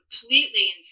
completely